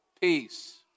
peace